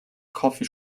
coffee